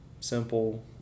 simple